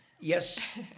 Yes